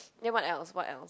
then what else what else